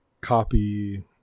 copy